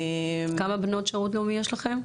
כמה בנות שירות לאומי יש לכם?